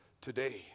today